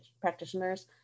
practitioners